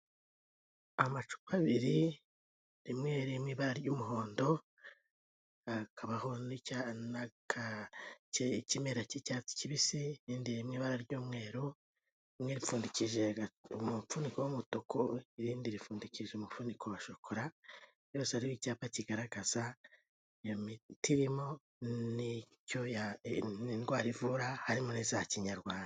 Amacupa abiri rimwe ririmo ibara ry'umuhondo hakabaho n’ikimera cy'icyatsi kibisi irindi ririmo ibara ry'umweru rimwe rifundikishije umufuniko w'umutuku irindi rifundikishije umufuniko wa shokora yose ariho icyapa kigaragaza imiti irimo n'indwara ivura harimo niza kinyarwanda.